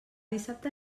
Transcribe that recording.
dissabte